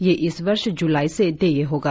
यह इस वर्ष जुलाई से देय होगा